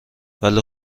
ولی